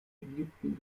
ägypten